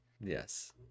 Yes